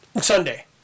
Sunday